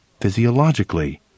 physiologically